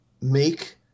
make